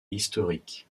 historique